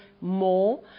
more